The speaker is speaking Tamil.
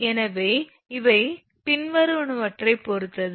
எனவே இவை பின்வருவனவற்றைப் பொறுத்தது